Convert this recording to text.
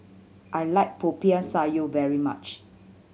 I like Popiah Sayur very much